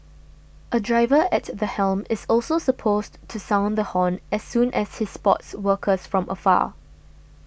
a driver at the helm is also supposed to sound the horn as soon as he spots workers from afar